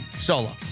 Solo